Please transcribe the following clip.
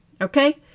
Okay